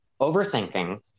overthinking